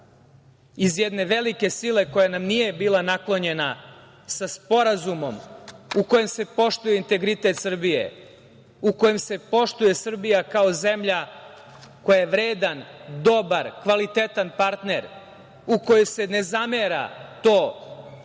iz jedne velike sile koja nam nije bila naklonjena, sa sporazumom u kojem se poštuje integritet Srbije, u kojem se poštuje Srbija kao zemlja koja je vredan, dobar, kvalitetan partner, u kojoj se ne zamera to i